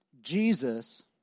Jesus